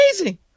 amazing